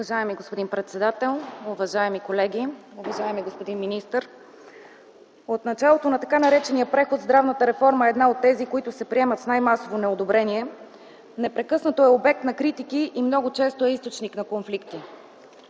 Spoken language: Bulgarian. Уважаеми господин председател, уважаеми колеги, уважаеми господин министър! От началото на така наречения преход здравната реформа е една от тези, които се приемат с най-масово неодобрение, непрекъснато е обект на критики и много често е източник на конфликти.